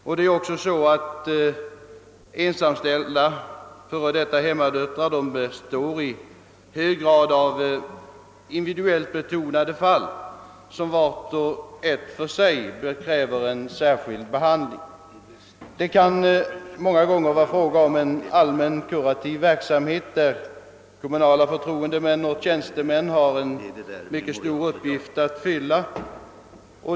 Dessutom är förhållandena så olika att varje enskilt fall kräver individuell behandling. Det kan många gånger behövas en allmän kurativ verksamhet, varvid kommunala förtroendemän och tjänstemän har en mycket stor uppgift att fylla.